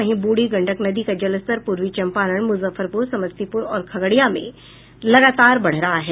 वहीं ब्रढ़ी गंडक नदी का जलस्तर पूर्वी चंपारण मुजफ्फरपुर समस्तीपुर और खगड़िया में लगातार बढ़ रहा है